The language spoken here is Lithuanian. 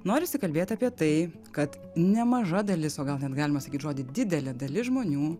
norisi kalbėti apie tai kad nemaža dalis o gal net galima sakyt žodį didelė dalis žmonių